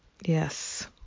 Yes